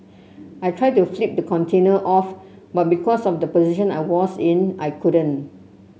I tried to flip the container off but because of the position I was in I couldn't